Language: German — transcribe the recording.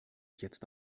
jetzt